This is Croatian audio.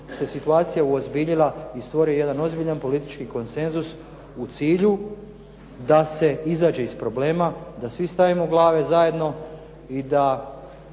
se situacija uozbiljila i stvorio jedan ozbiljan politički konsenzus u cilju da se izađe iz problema, da svi stavimo glave zajedno i da